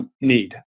need